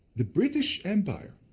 the british empire,